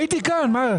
הייתי כאן, מה?